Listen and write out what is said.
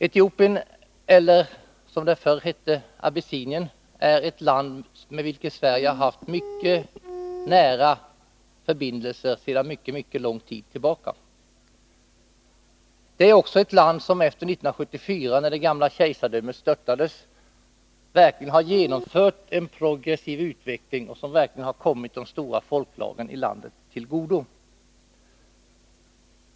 Etiopien, som förr hette Abessinien, är ett land med vilket Sverige har haft nära förbindelser sedan mycket lång tid tillbaka. Det är också ett land som efter 1974, när det gamla kejsardömet störtades, verkligen har genomfört en progressiv utveckling som kommit de stora folklagren till godo.